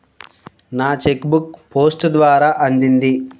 నా cheque book post ద్వారా అందింది